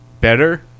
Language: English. better